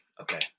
Okay